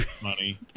money